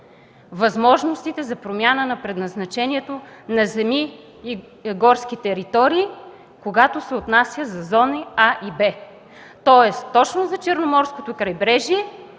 възможностите за промяна на предназначението на земи и горски територии, когато се отнася за зони „А” и „Б”. Тоест точно за Черноморското крайбрежие